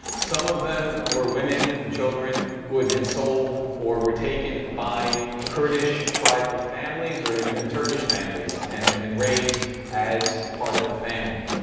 some of them were women and children who had been sold or were taken by kurdish tribal families, or even turkish families and and raised as part of the family.